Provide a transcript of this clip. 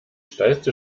steilste